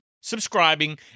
subscribing